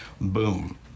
boom